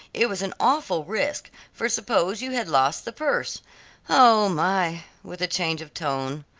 it was an awful risk, for suppose you had lost the purse oh, my, with a change of tone,